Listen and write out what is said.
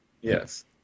Yes